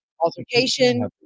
altercation